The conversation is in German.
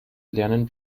lernen